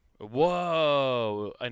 Whoa